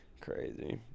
Crazy